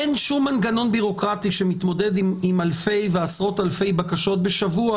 אין שום מנגנון בירוקרטי שמתמודד על אלפי ועשרות אלפי בקשות בשבוע,